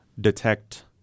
detect